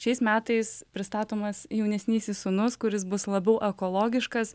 šiais metais pristatomas jaunesnysis sūnus kuris bus labiau ekologiškas